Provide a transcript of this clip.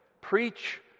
Preach